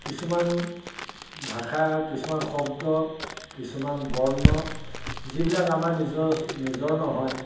কিছুমান ভাষা কিছুমান শব্দ কিছুমান বৰ্ণ যিবিলাক আমাৰ নিজৰ নিজৰ নহয়